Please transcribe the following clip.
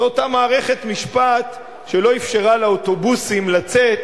זו אותה מערכת משפט שלא אפשרה לאוטובוסים לצאת